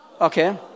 Okay